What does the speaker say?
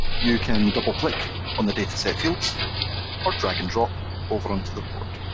you can double click on the dataset fields or drag and drop over onto the board.